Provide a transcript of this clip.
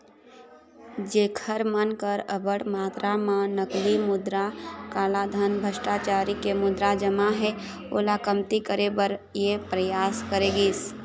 जेखर मन कर अब्बड़ मातरा म नकली मुद्रा, कालाधन, भस्टाचारी के मुद्रा जमा हे ओला कमती करे बर ये परयास करे गिस